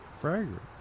fragrant